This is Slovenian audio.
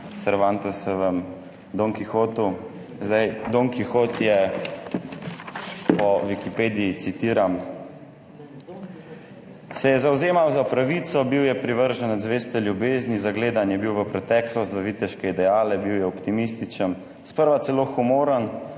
Cervantesovem Don Kihotu. Don Kihot, po Wikipediji citiram, »se je zavzemal za pravico, bil je privrženec zveste, ljubezni, zagledan je bil v preteklost, v viteške ideale, bil je optimističen, sprva celo humoren,